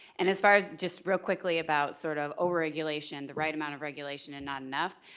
and as far as just real quickly about sort of over-regulation the right amount of regulation and not enough,